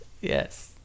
Yes